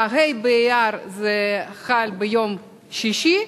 ה' באייר חל ביום שישי,